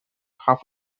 half